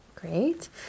Great